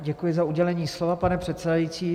Děkuji za udělení slova, pane předsedající.